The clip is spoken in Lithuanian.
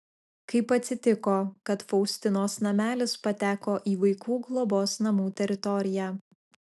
kaip atsitiko kad faustinos namelis pateko į vaikų globos namų teritoriją